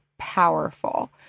powerful